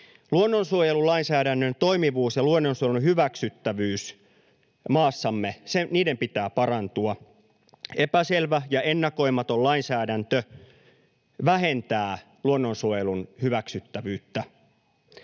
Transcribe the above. Luonnonsuojelulainsäädännön toimivuuden ja luonnonsuojelun hyväksyttävyyden maassamme pitää parantua. Epäselvä ja ennakoimaton lainsäädäntö vähentää luonnonsuojelun hyväksyttävyyttä.